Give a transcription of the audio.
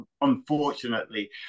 unfortunately